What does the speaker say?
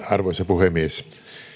arvoisa puhemies